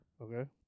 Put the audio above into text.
okay